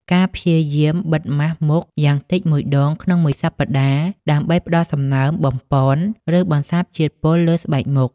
ការព្យាយាមបិទមាស់មុខយ៉ាងតិចមួយដងក្នុងមួយសប្តាហ៍ ដើម្បីផ្តល់សំណើម បំប៉ន ឬបន្សាបជាតិពុលលើស្បែកមុខ ។